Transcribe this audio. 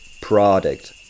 product